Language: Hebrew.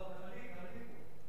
גם אני פה.